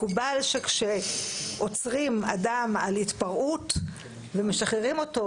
מקובל שכשעוצרים אדם על התפרעות ומשחררים אותו,